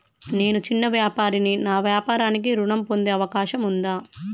నేను చిన్న వ్యాపారిని నా వ్యాపారానికి ఋణం పొందే అవకాశం ఉందా?